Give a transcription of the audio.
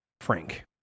Frank